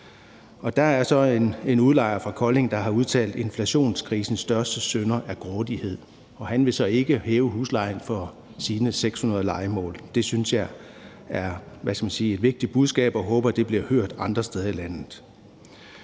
Der er så en udlejer fra Kolding, der har udtalt: Inflationskrisens største synder er grådighed. Han vil så ikke hæve huslejen for sine 600 lejemål. Det synes jeg er et vigtigt budskab, og jeg håber, at det bliver hørt andre steder i landet.